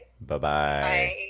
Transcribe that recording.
Bye-bye